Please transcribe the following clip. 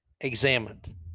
examined